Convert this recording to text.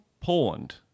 Poland